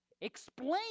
Explain